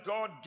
God